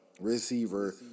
receiver